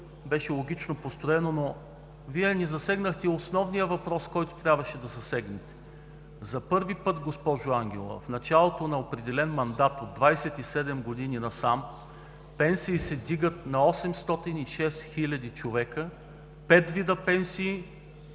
Беше логично построено, но Вие не засегнахте основния въпрос, който трябваше да засегнете. За първи път, госпожо Ангелова, в началото на определен мандат от 27 години насам, пенсии се вдигат на 806 хиляди човека, пет вида пенсии,